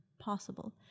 possible